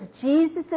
Jesus